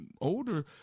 older